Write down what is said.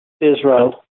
israel